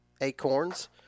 Acorns